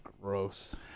Gross